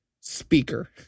speaker